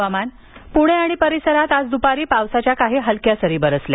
हवामान प्णे आणि परिसरात आज दुपारी पावसाच्या काही हलक्या सरी बरसल्या